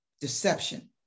deception